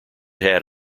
had